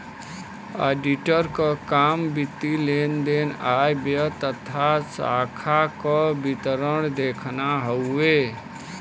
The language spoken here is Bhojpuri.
ऑडिटर क काम वित्तीय लेन देन आय व्यय तथा खाता क विवरण देखना हउवे